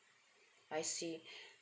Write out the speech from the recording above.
I see